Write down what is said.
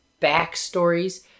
backstories